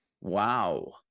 Wow